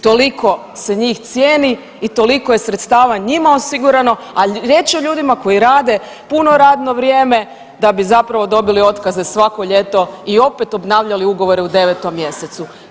Toliko se njih cijeni i toliko je sredstava njima osigurano, a riječ je o ljudima koji rade puno radno vrijeme da bi zapravo dobili otkaze svako ljeto i opet obnavljali ugovore u 9. mjesecu.